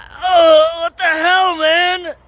ah what the hell, man?